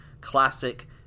classic